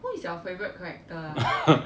who is your favourite character ah